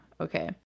okay